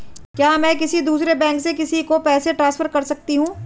क्या मैं किसी दूसरे बैंक से किसी को पैसे ट्रांसफर कर सकती हूँ?